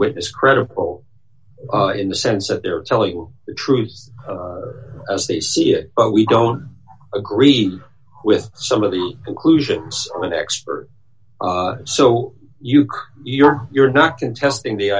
witness credible in the sense that they're telling the truth as they see it but we don't agree with some of the conclusions from an expert so you can't you're you're not contesting the